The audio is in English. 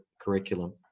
curriculum